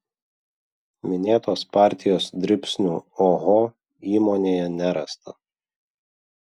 minėtos partijos dribsnių oho įmonėje nerasta